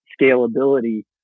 scalability